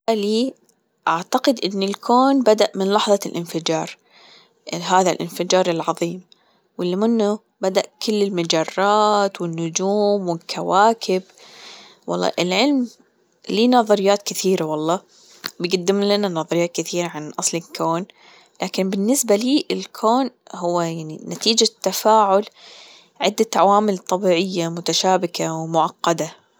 بالنسبة لي أعتقد أن الكون بدأ من لحظة الإنفجار هذا الإنفجار العظيم واللي منه بدأ كل المجرات والنجوم والكواكب والله العلم له نظريات كثيرة والله بيجدم لنا نظريات كثيرة عن أصل الكون لكن بالنسبة لي الكون هو يعني نتيجة تفاعل عدة عوامل طبيعية متشابكة ومعقدة.